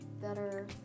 better